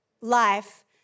life